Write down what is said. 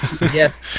Yes